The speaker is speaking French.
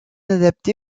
adapté